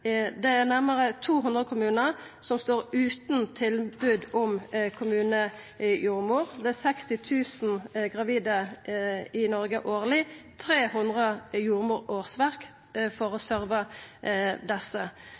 Det er nærmare 200 kommunar som står utan tilbod om kommunejordmor. Det er 60 000 gravide i Noreg årleg – 300 jordmorårsverk for å «serva» desse.